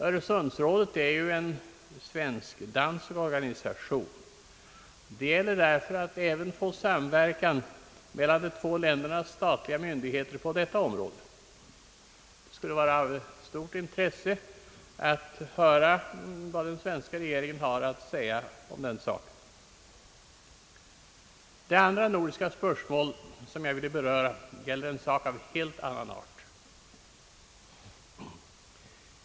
Öresundsrådet är ju en svensk-dansk organisation. Det gäller därför att här även få en samverkan mellan de två ländernas statliga myndigheter på detta område. Det skulle vara av största intresse att höra vad den svenska regeringen har att säga om den saken. Det andra nordiska spörsmål som Ang. Sveriges utrikespolitik jag ville beröra gäller en sak av helt annan art.